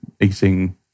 eating